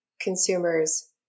consumers